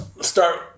start